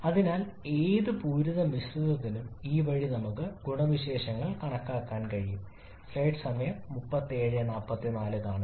അതിനാൽ ഏത് പൂരിത മിശ്രിതത്തിനും ഈ വഴി നമുക്ക് എല്ലായ്പ്പോഴും ഗുണവിശേഷതകൾ കണക്കാക്കാം